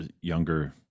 younger